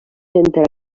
entre